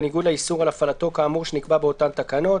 בניגוד לאיסור על הפעלתו כאמור שנקבע באותן תקנות,